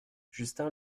justin